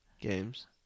games